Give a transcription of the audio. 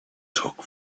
took